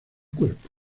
cuerpo